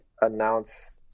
announce